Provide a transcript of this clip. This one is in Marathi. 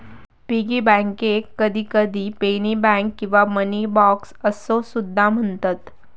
पिगी बँकेक कधीकधी पेनी बँक किंवा मनी बॉक्स असो सुद्धा म्हणतत